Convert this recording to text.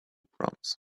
proms